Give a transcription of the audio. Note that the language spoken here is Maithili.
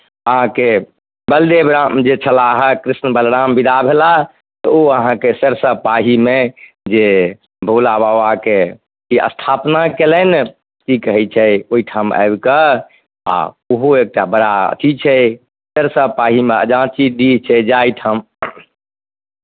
अहाँके बलदेव राम जे छलाह कृष्ण बलराम विदा भेला तऽ ओ अहाँके सरिसब पाहीमे जे भोला बाबाके स्थापना कयलनि की कहै छै ओहिठाम आबि कऽ आ ओहो एक टा बड़ा अथी छै सरिसब पाहीमे अयाची डीह छै जाहिठाम